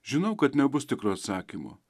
žinau kad nebus tikro atsakymo